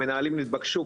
מנהלים התבקשו,